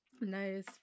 Nice